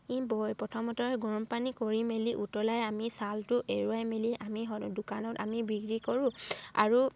প্ৰথমতে গৰম পানী কৰি মেলি উতলাই আমি ছালটো এৰুৱাই মেলি আমি দোকানত আমি বিক্ৰী কৰোঁ আৰু